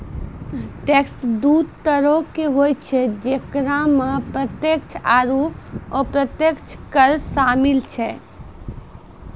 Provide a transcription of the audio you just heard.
tax दु तरहो के होय छै जेकरा मे प्रत्यक्ष आरू अप्रत्यक्ष कर शामिल छै